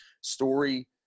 story